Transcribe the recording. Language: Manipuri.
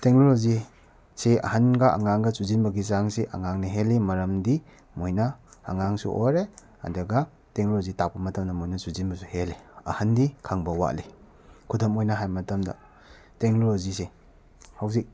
ꯇꯦꯛꯅꯣꯂꯣꯖꯤ ꯁꯤ ꯑꯍꯟꯒ ꯑꯉꯥꯡꯒꯁꯨ ꯁꯤꯖꯤꯟꯅꯕꯒꯤ ꯆꯥꯡꯁꯤ ꯑꯉꯥꯡꯅ ꯍꯦꯜꯂꯤ ꯃꯔꯝꯗꯤ ꯃꯣꯏꯅ ꯑꯉꯥꯡꯁꯨ ꯑꯣꯏꯔꯦ ꯑꯗꯨꯒ ꯇꯦꯛꯅꯣꯂꯣꯖꯤ ꯇꯥꯛꯄ ꯃꯇꯝꯗ ꯃꯣꯏꯅ ꯆꯨꯁꯤꯟꯕꯁꯨ ꯍꯦꯜꯂꯤ ꯑꯍꯟꯗꯤ ꯈꯪꯕ ꯋꯥꯠꯂꯤ ꯈꯨꯗꯝ ꯑꯣꯏꯅ ꯍꯥꯏꯕ ꯃꯔꯝꯗ ꯊꯦꯛꯅꯣꯂꯣꯖꯤꯁꯦ ꯍꯧꯖꯤꯛ